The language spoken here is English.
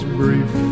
brief